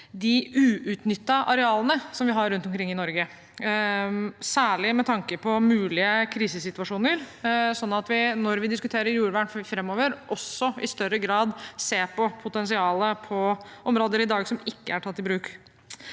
de uutnyttede arealene som vi har rundt omkring i Norge, særlig med tanke på mulige krisesituasjoner. Når vi diskuterer jordvern framover, bør vi i større grad se på potensialet ved områder som i dag ikke er tatt i bruk.